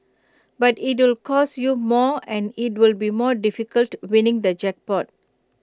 but it'll cost you more and IT will be more difficult winning the jackpot